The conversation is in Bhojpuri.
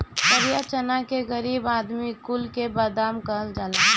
करिया चना के गरीब आदमी कुल के बादाम कहल जाला